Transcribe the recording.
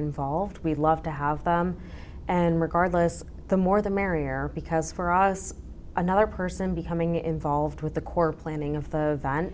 involved we'd love to have and regardless the more the merrier because for us another person becoming involved with the core planning of the vine